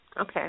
Okay